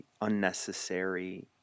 unnecessary